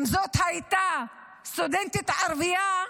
אם זאת הייתה סטודנטית ערבייה,